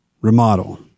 remodel